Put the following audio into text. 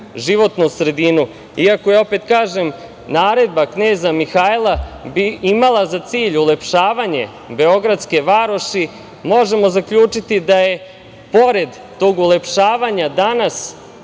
životnu sredinu. Ja opet kažem, naredba kneza Mihajla bi imala za cilj ulepšavanje beogradske varoši, možemo zaključiti da je pored tog ulepšavanja danas